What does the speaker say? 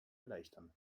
erleichtern